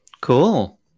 Cool